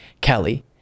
Kelly